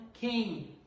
king